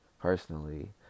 personally